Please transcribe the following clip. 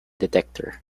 detector